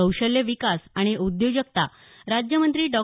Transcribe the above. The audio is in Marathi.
कौशल्य विकास आणि उद्योजकता राज्यमंत्री डॉ